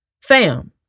Fam